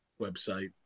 website